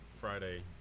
Friday